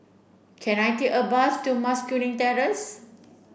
can I take a bus to Mas Kuning Terrace